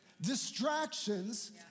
Distractions